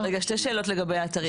רגע, שתי שאלות לגבי האתרים.